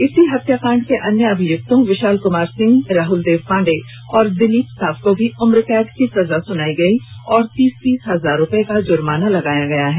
इसी हत्याकांड के अन्य अभियुक्तों विशाल कुमार सिंह राहुल देव पांडे और दिलीप साव को भी उम्रकैद की सजा सुनायी गयी और और तीस तीस हजार का जुर्माना लगाया गया है